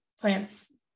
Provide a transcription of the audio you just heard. plants